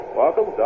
welcome